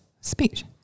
speech